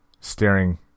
staring